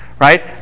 Right